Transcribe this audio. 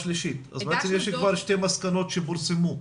אז בעצם יש כבר שתי מסקנות שפורסמו.